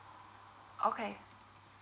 okay